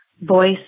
voice